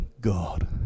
God